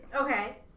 Okay